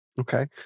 Okay